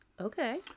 Okay